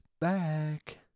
back